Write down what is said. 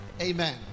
Amen